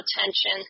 attention